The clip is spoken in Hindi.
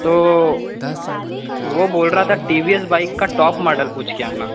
तो वो बोल रहा था टी वी एस बाइक का टॉप मॉडल पूछ के आना